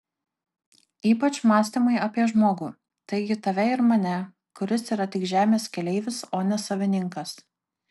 ypač mąstymai apie žmogų taigi tave ir mane kuris yra tik žemės keleivis o ne savininkas